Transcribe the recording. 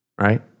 right